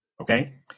okay